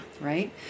right